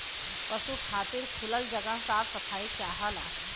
पसु खातिर खुलल जगह साफ सफाई चाहला